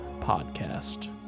podcast